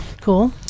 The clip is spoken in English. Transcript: cool